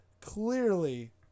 clearly